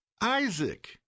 Isaac